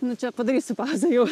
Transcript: nu čia padarysiu pauzę jau